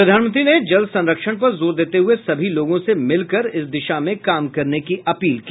प्रधानमंत्री ने जल संरक्षण पर जोर देते हुए सभी लोगों से मिलकर इस दिशा में काम करने की अपील की